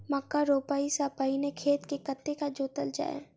मक्का रोपाइ सँ पहिने खेत केँ कतेक जोतल जाए?